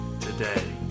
today